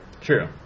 True